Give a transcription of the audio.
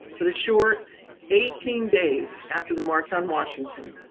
but a short eighteen days after the march on washington,